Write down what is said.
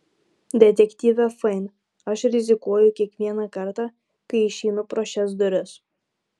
detektyve fain aš rizikuoju kiekvieną kartą kai išeinu pro šias duris